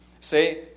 Say